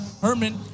Herman